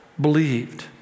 believed